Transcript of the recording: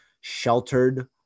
sheltered